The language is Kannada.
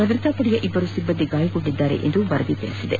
ಭದ್ರತಾ ಪಡೆಯ ಇಬ್ಬರು ಸಿಬ್ಬಂದಿ ಗಾಯಗೊಂಡಿದ್ದಾರೆ ಎಂದು ವರದಿ ತಿಳಿಸಿದೆ